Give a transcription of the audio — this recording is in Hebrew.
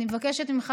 אני מבקשת ממך,